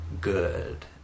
good